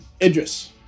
Idris